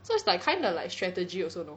so it's like kinda like strategy also know